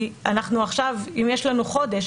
כי אנחנו עכשיו אם יש לנו חודש,